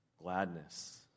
Gladness